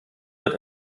wird